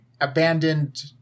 abandoned